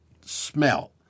smell